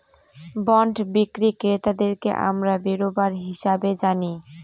bond বিক্রি ক্রেতাদেরকে আমরা বেরোবার হিসাবে জানি